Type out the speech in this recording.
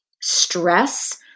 stress